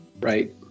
Right